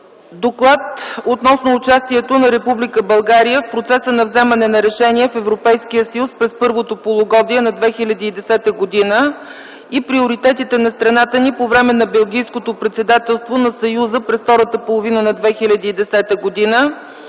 Доклад относно участието на Република България в процеса на вземане на решения в Европейския съюз през първото полугодие на 2010 г. и приоритетите на страната ни по време на Белгийското председателство на Съюза през втората половина на 2010 г.